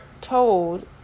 told